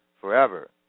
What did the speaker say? forever